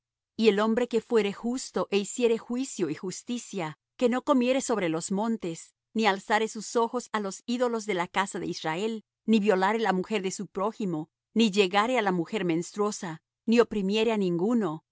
y el hombre que fuere justo é hiciere juicio y justicia que no comiere sobre los montes ni alzare sus ojos á los ídolos de la casa de israel ni violare la mujer de su prójimo ni llegare á la mujer menstruosa ni oprimiere á ninguno al